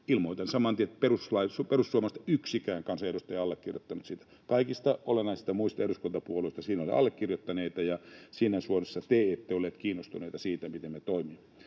Ilmoitan saman tien, että perussuomalaisista yksikään kansanedustaja ei allekirjoittanut sitä. Kaikista muista olennaisista eduskuntapuolueista siinä oli allekirjoittajia, ja siinä kohdassa te ette olleet kiinnostuneita siitä, miten me toimimme.